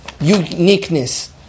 uniqueness